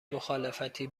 مخالفتی